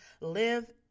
live